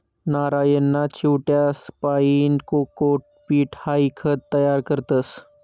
नारयना चिवट्यासपाईन कोकोपीट हाई खत तयार करतस